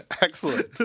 Excellent